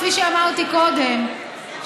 כפי שאמרתי קודם,